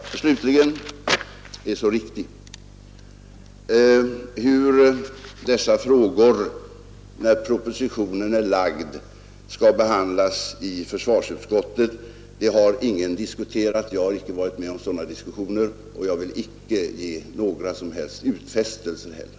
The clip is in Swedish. Slutligen vill jag säga att ingen har diskuterat hur dessa frågor skall behandlas i försvarsutskottet sedan propositionen framlagts. Jag har icke varit med om sådana diskussioner och jag vill icke heller ge några som helst utfästelser härvidlag.